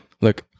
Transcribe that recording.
look